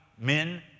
men